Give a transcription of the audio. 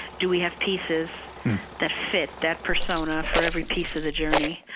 do we have pieces that fit that persona for every piece of the journey,